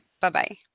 Bye-bye